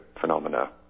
phenomena